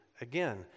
Again